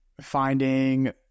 finding